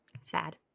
Sad